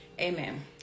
Amen